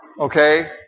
okay